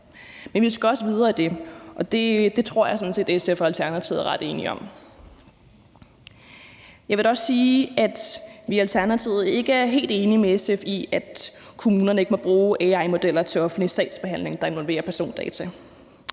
men vi skal også videre end det, og det tror jeg sådan set at SF og Alternativet er ret enige om. Jeg vil dog også sige, at vi i Alternativet ikke er helt enige med SF i, at kommunerne ikke må bruge AI-modeller til offentlig sagsbehandling, der involverer persondata.